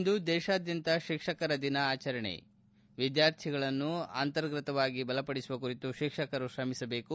ಇಂದು ದೇಶಾದ್ಲಂತ ಶಿಕ್ಷಕರ ದಿನ ಆಚರಣೆ ವಿದ್ಲಾರ್ಥಿಗಳನ್ನು ಅಂತರ್ಗತವಾಗಿ ಬಲಪಡಿಸುವ ಕುರಿತು ಶಿಕ್ಷಕರು ಶ್ರಮಿಸಬೇಕು